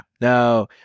No